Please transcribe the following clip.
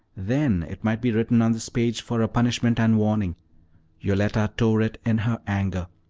then it might be written on this page for a punishment and warning yoletta tore it in her anger.